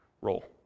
role